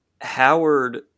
Howard